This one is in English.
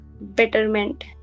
betterment